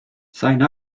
sain